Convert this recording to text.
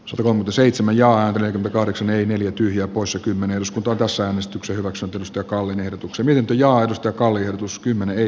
suvela seitsemän joaquin kahdeksan eli neljä tyhjää poissa kymmenen osku torrossa omistuksen maksatusta kallen ehdotuksen riitoja isto kallio tuskin menee